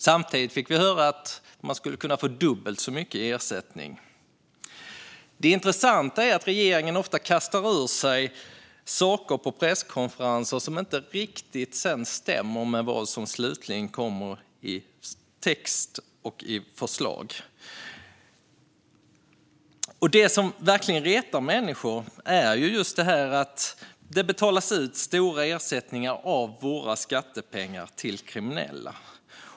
Samtidigt fick vi höra att man skulle kunna få dubbelt så mycket i ersättning. Det intressanta är att regeringen ofta kastar ur sig saker på presskonferenser som sedan inte riktigt stämmer med vad som slutligen kommer i text och i förslag. Det som verkligen retar människor är just att det betalas ut stora ersättningar av våra skattepengar till kriminella.